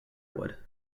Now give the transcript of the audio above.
would